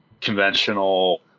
conventional